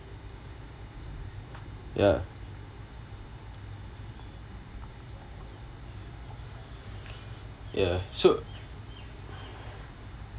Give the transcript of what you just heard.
ya ya so